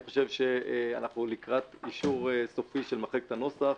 אנחנו לקראת אישור סופי של מחלקת הנוסח,